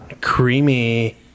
creamy